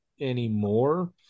anymore